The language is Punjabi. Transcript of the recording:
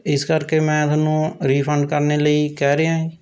ਇਸ ਕਰਕੇ ਮੈਂ ਤੁਹਾਨੂੰ ਰੀਫੰਡ ਕਰਨ ਲਈ ਕਹਿ ਰਿਹਾ ਹੈ